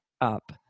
up